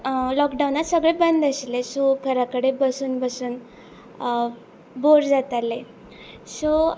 लॉकडावनांत सगळे बंद आशिल्ले सो घरा कडे बसून बसून बोर जातालें सो